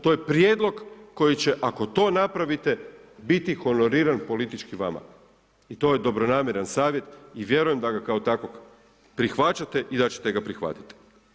To je prijedlog koji će, ako to napravite, biti honoriran politički vama i to je dobronamjeran savjet i vjerujem da ga kao takvog prihvaćate i da ćete ga prihvatiti.